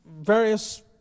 various